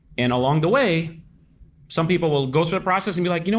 and along the way some people will go through the process and be like you know